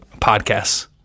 podcasts